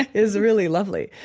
is really lovely.